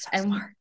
smart